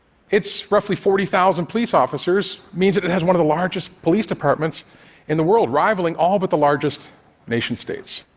its roughly forty thousand police officers means it it has one of the largest police departments in the world, rivaling all but the largest nation-states.